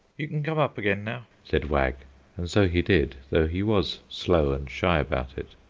you can come up again now, said wag and so he did, though he was slow and shy about it.